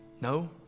No